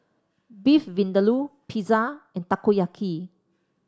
Beef Vindaloo Pizza and Takoyaki